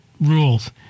rules